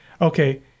Okay